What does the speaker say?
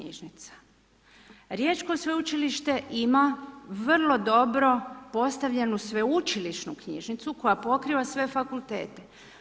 Riječko sveučilište ima vrlo dobro postavljenu sveučilišnu knjižnicu koja pokriva sve fakultete.